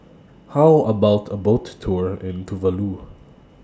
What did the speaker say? How about A Boat Tour in Tuvalu